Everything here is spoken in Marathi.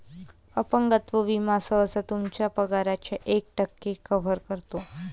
अपंगत्व विमा सहसा तुमच्या पगाराच्या एक टक्के कव्हर करतो